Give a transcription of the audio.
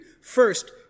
First